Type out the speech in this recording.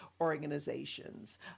organizations